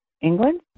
england